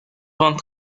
vingt